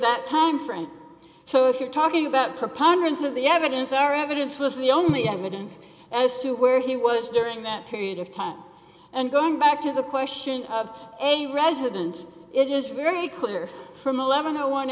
that time frank so if you're talking about preponderance of the evidence our evidence was the only evidence as to where he was during that period of time and going back to the question of a residence it is very clear from